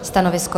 Stanovisko?